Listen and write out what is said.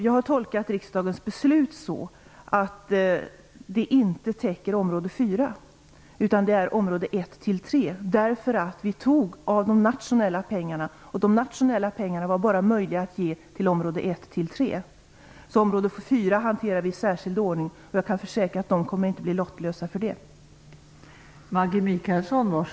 Jag har tolkat riksdagens beslut så, att det inte täcker område 4 utan område 1-3. Vi tog nämligen av de nationella pengarna, och de nationella pengarna var bara möjliga att ge till område 1-3. Område 4 hanterar vi i en särskild ordning. Jag kan försäkra att man där inte kommer att bli lottlös.